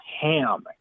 ham